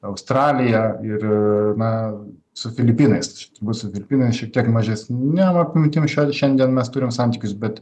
australija ir na su filipinais čia turbūt su filipinais šiek tiek mažesnėm apimtim šiuo atveju šiandien mes turim santykius bet